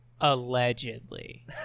allegedly